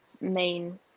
main